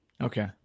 Okay